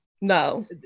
No